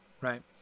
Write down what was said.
right